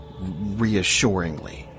reassuringly